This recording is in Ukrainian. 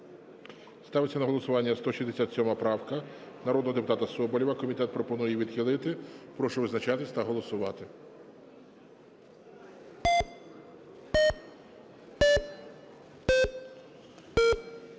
Ставлю на голосування 199 поправку народного депутата Соболєва. Комітет пропонує відхилити. Прошу визначатись та голосувати.